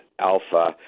Alpha